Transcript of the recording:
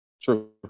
true